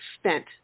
spent